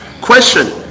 Question